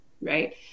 right